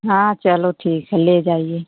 हाँ चलो ठीक है ले जाइए